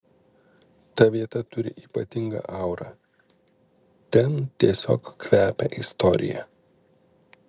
ta vieta turi ypatingą aurą ten tiesiog kvepia istorija